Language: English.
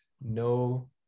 no